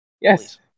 Yes